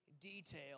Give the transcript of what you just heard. detail